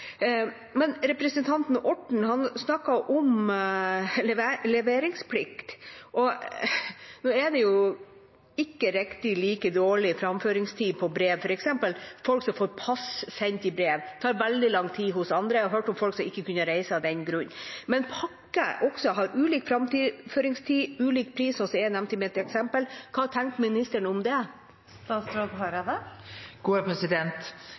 Representanten Orten snakket om leveringsplikt, og nå er det ikke riktig like dårlig framføringstid på brev. For eksempel når det gjelder folk som får pass sendt i brev, tar det veldig lang tid hos andre, og jeg har hørt om folk som ikke kunne reise av den grunn. Men også pakker har ulik framføringstid og ulik pris, som jeg nevnte i mitt eksempel. Hva tenker ministeren om det?